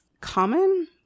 common